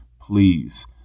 please